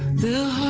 the